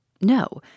No